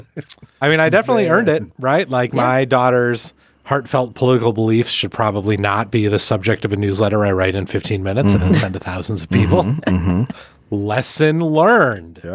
i i definitely earned it, right. like my daughter's heartfelt political beliefs should probably not be the subject of a newsletter i write in fifteen minutes and send thousands of people. and lesson learned. yeah